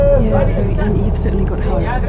yeah so and you've certainly got hope.